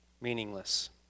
meaningless